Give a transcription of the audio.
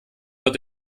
wird